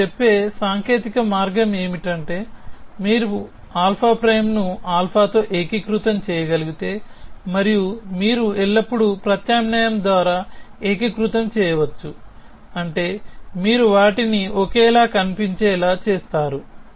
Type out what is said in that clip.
మీరు చెప్పే సాంకేతిక మార్గం ఏమిటంటే మీరు α' ను α తో ఏకీకృతం చేయగలిగితే మరియు మీరు ఎల్లప్పుడూ ప్రత్యామ్నాయం ద్వారా ఏకీకృతం చేయవచ్చు అంటే మీరు వాటిని ఒకేలా కనిపించేలా చేస్తారు